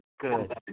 good